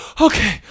Okay